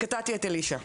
קטעתי את אלישע.